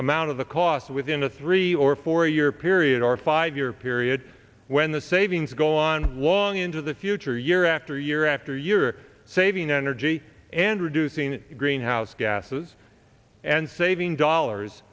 amount of the cost within a three or four year period or five year period when the savings go on long into the future year after year after year saving energy and reducing greenhouse gases and saving dollars